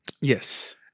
Yes